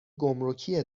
گمرکی